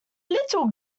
little